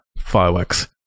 fireworks